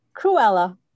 cruella